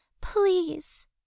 Please